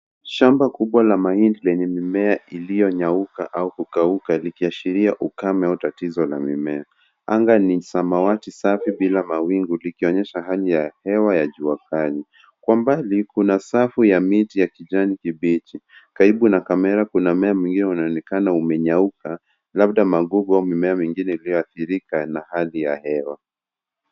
Shamba kubwa la mahindi lenye mimea iliyonyauka au kukauka ikiashiria ukame au tatizo la mimea. Anga ni sawati safi bila mawingu likionyesha hali ya hewa ya jua kali. Kwa mbali kuna safu ya miti ya kijani kibichi. Karibu na kamera kuna mimema iliyoonekana imenyuka labda magugu au mimea ingine iliyoathirika na hali ya hewa.